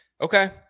Okay